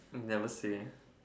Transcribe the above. um never say